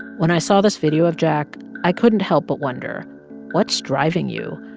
when i saw this video of jack, i couldn't help but wonder what's driving you?